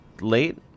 late